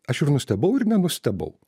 aš ir nustebau ir nenustebau